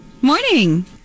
Morning